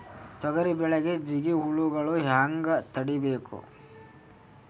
ತೊಗರಿ ಬೆಳೆಗೆ ಜಿಗಿ ಹುಳುಗಳು ಹ್ಯಾಂಗ್ ತಡೀಬೇಕು?